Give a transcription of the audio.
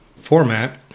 format